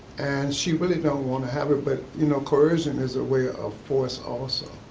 and she really don't wana have it, but you know coercion is a way of force also.